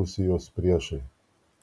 rusijos priešai